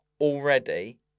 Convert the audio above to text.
already